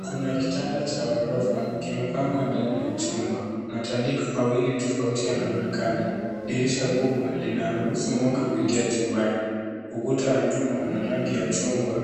Kuna kitanda cha ghorofa kimepangwa ndani ya chumba. Matandiko mawili tofauti yanaonekana. Dirisha kubwa linaruhusu mwanga kuingia chumbani. Ukuta wa nyuma una rangi ya chungwa.